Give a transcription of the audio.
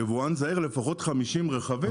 יבואן זעיר לפחות 50 רכבים,